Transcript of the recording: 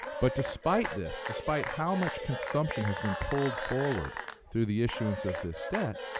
but despite this, despite how much consumption has been pulled forward through the issuance of this debt,